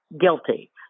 guilty